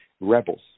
rebels